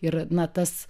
ir na tas